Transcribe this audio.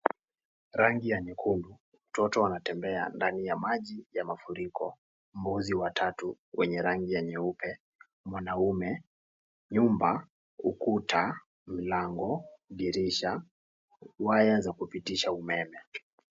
Rangi ya nyekundu. Mtoto anatembea ndani ya maji ya mafuriko. Mbuzi watatu wenye rangi ya nyeupe, mwanaume, nyumba, ukuta, mlango, dirisha, waya za kupitisha umeme.